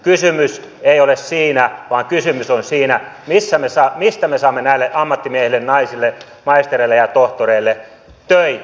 kysymys ei ole siitä vaan kysymys on siitä mistä me saamme näille ammattimiehille ja naisille maistereille ja tohtoreille töitä